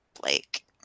Blake